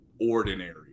ordinary